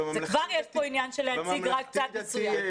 כבר יש פה עניין של להציג רק צד מסוים.